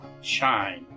shine